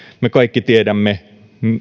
me kaikki tiedämme